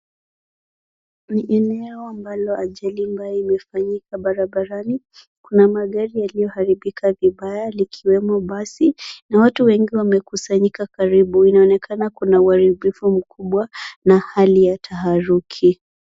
Ni eneo ambalo ajali mbaya imefanyika barabarani. Kuna magari yaliyoharibika vibaya likiwemo basi na watu wengi wamekusanyika karibu inaonekana kuna uharibifu mkubwa na hali ya taharuki.